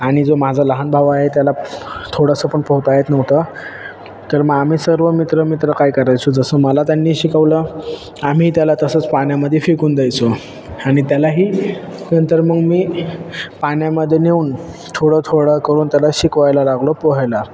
आणि जो माझा लहान भाऊ आहे त्याला थोडंसं पण पोहता येत नव्हतं तर मग आम्ही सर्व मित्र मित्र काय करायचो जसं मला त्यांनी शिकवलं आम्ही त्याला तसंच पाण्यामध्ये फेकून द्यायचो आणि त्यालाही नंतर मग मी पाण्यामध्ये नेऊन थोडं थोडं करून त्याला शिकवायला लागलो पोहायला